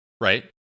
right